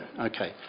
Okay